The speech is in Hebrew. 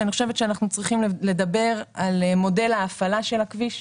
אני חושבת שאנחנו צריכים לדבר על מודל ההפעלה של הכביש,